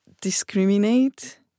discriminate